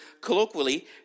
colloquially